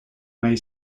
may